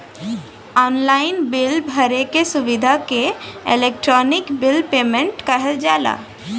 online bill भरे क सुविधा के इलेक्ट्रानिक बिल पेमेन्ट कहल जाला